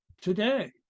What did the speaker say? today